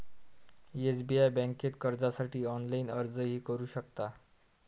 SBI बँकेत कर्जासाठी online अर्जही करू शकता